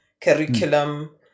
curriculum